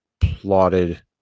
plotted